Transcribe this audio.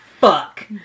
fuck